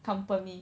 company